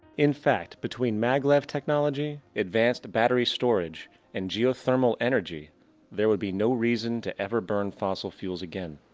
in fact, between mag-lev technology, advanced battery storage and geothermal energy there will be no reason to ever burning fossil fuel again.